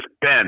Ben